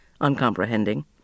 uncomprehending